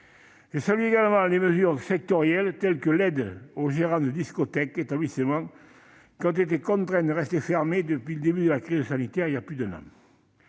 Je salue également des mesures sectorielles telles que l'aide aux gérants de discothèques, établissements qui ont été contraints de rester fermés depuis le début de la crise sanitaire il y a plus d'un an.